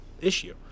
issue